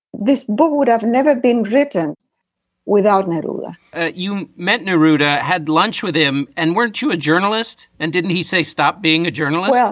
this book would have never been written without it you meant neruda had lunch with him. and weren't you a journalist? and didn't he say stop being a journalist? yeah